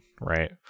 right